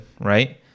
right